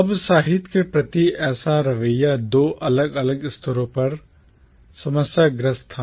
अब साहित्य के प्रति ऐसा रवैया दो अलग अलग स्तरों पर समस्याग्रस्त था